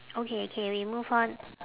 okay K we move on